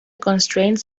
constraints